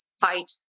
fight